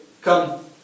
come